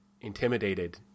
intimidated